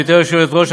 גברתי היושבת-ראש,